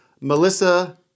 melissa